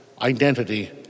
identity